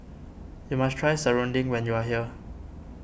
you must try Serunding when you are here